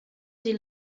sie